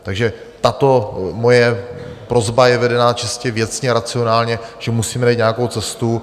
Takže tato moje prosba je vedena čistě věcně, racionálně, že musíme najít nějakou cestu.